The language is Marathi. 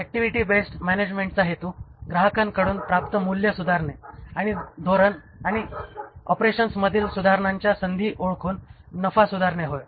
ऍक्टिव्हिटी बेस्ड मॅनेजमेंटचा हेतू ग्राहकांकडून प्राप्त मूल्य सुधारणे आणि धोरण आणि ऑपरेशन्समधील सुधारणांच्या संधी ओळखून नफा सुधारणे होय